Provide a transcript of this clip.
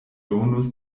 donas